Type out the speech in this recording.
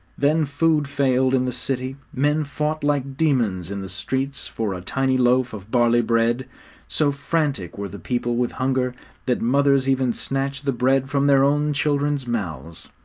then food failed in the city men fought like demons in the streets for a tiny loaf of barley-bread so frantic were the people with hunger that mothers even snatched the bread from their own children's mouths!